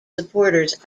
supporters